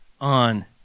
on